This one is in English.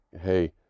hey